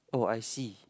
oh I see